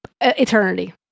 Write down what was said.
eternity